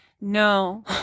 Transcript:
No